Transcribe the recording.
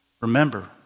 remember